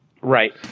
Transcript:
Right